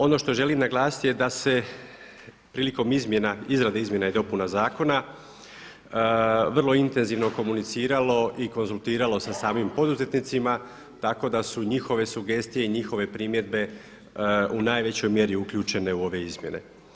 Ono što želim naglasiti je da se prilikom izmjena izrade izmjena i dopuna zakona vrlo intenzivno komuniciralo i konzultiralo sa samim poduzetnicima tako da su njihove sugestije i njihove primjedbe u najvećoj mjeri uključene u ove izmjene.